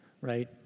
right